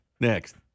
next